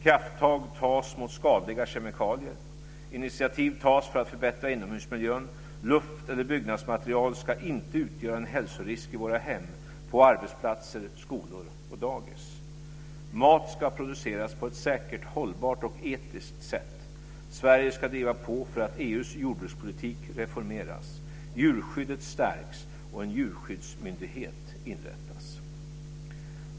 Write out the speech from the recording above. Krafttag tas mot skadliga kemikalier. Initiativ tas för att förbättra inomhusmiljön. Luft eller byggnadsmaterial ska inte utgöra en hälsorisk i våra hem, på arbetsplatser, skolor och dagis. Mat ska produceras på ett säkert, hållbart och etiskt sätt. Sverige ska driva på för att EU:s jordbrukspolitik reformeras. Djurskyddet stärks och en djurskyddsmyndighet inrättas.